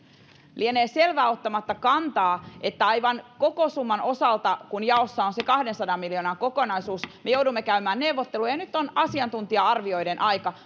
ottamatta kantaa lienee selvää että aivan koko summan osalta kun jaossa on se kahdensadan miljoonan kokonaisuus me joudumme käymään neuvotteluja ja nyt on asiantuntija arvioiden aika